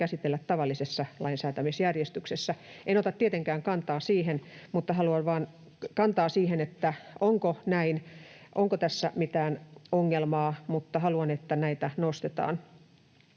käsitellä tavallisessa lainsäätämisjärjestyksessä.” En ota tietenkään kantaa siihen, onko näin, onko tässä mitään ongelmaa, mutta haluan, että näitä nostetaan.